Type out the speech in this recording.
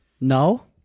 No